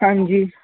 ਹਾਂਜੀ